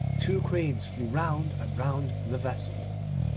two cranes flew round and round the vessel.